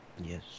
Yes